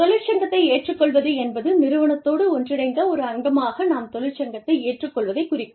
தொழிற்சங்கத்தை ஏற்றுக்கொள்வது என்பது நிறுவனத்தோடு ஒன்றிணைந்த ஒரு அங்கமாக நாம் தொழிற்சங்கத்தை ஏற்றுக்கொள்வதைக் குறிக்கும்